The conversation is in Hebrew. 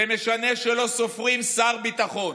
זה משנה שלא סופרים שר ביטחון.